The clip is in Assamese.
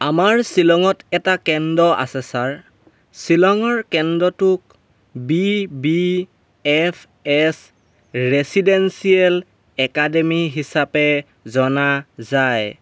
আমাৰ শ্বিলঙত এটা কেন্দ্ৰ আছে ছাৰ শ্বিলঙৰ কেন্দ্ৰটোক B B F S residential academy হিচাপে জনা যায়